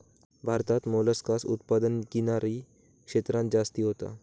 भारतात मोलस्कास उत्पादन किनारी क्षेत्रांत जास्ती होता